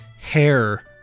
hair